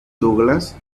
douglas